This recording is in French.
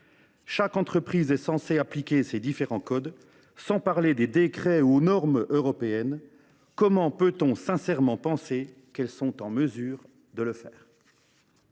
Chaque entreprise est censée appliquer ces différents codes, sans parler des décrets et des normes européennes. Comment peut on sincèrement penser qu’elles sont en mesure de le faire ?